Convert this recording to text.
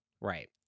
right